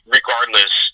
regardless –